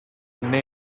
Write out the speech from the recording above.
ine